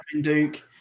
Duke